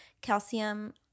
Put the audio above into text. calcium